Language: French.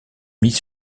mis